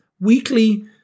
weekly